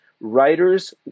writers